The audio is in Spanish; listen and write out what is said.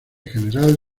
general